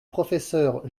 professeur